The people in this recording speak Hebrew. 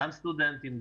גם סטודנטים,